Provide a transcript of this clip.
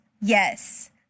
Yes